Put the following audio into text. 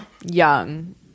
young